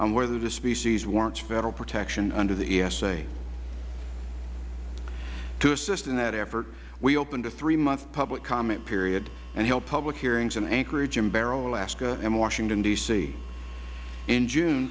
on whether the species warrants federal protection under the esa to assist in that effort we opened a three month public comment period and held public hearings in anchorage and barrow alaska and washington d c in june